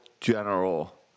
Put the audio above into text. general –